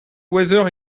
weather